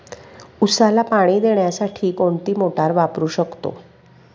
उसाला पाणी देण्यासाठी कोणती मोटार वापरू शकतो?